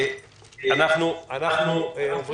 אנחנו עוברים לנושא הבא.